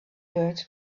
birds